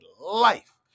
life